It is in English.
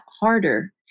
harder